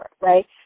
right